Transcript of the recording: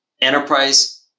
enterprise